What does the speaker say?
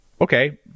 okay